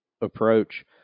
approach